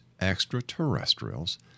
extraterrestrials